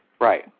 Right